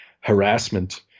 harassment